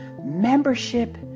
Membership